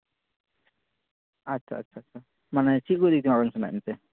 ᱟᱪᱪᱷᱟ ᱟᱪᱪᱷᱟ ᱟᱪᱪᱷᱟ ᱢᱟᱱᱮ ᱪᱮᱫ ᱞᱟᱹᱞᱟᱹᱭ ᱥᱟᱱᱟ ᱭᱮᱫ ᱵᱮᱱᱛᱮ